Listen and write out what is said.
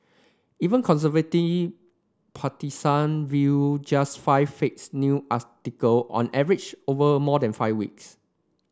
even conservative partisan viewed just five fakes new on average over more than five weeks